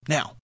Now